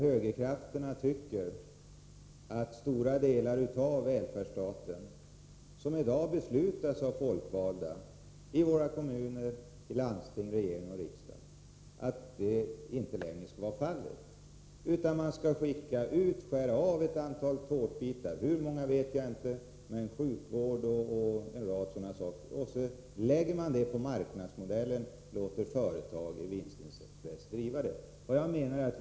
Högerkrafterna tycker att stora delar av välfärdsstaten, där de folkvalda i dag fattar beslut — i våra kommuner, landsting, regering och riksdag — inte längre skall skötas på detta sätt, utan man skall skära bort ett antal tårtbitar, hur många vet jag inte. Det skall ske t.ex. inom sjukvården och inom en rad andra områden. Verksamheten skall bedrivas enligt marknadsmodellen, och man skall låta företag i vinstintresse sköta detta.